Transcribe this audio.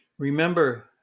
Remember